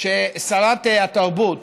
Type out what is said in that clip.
ששרת התרבות,